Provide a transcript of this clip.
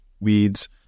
weeds